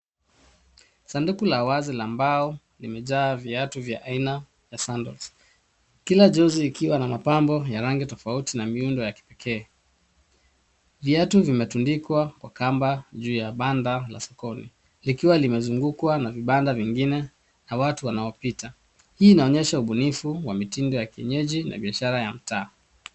Sanduku la wazi la mbao limejaa viatu vya aina na sandols .Kila jozi ikiwa na mapambo ya rangi tofauti na miundo ya kipekee. Viatu vimetundikwa kwa kamba juu ya banda la sokoni likiwa limezungukwa na vibanda vingine na watu wanaopita. Hii inaonyesha ubunifu wa mitindo ya kienyeji na biashara ya mitaa.